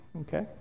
Okay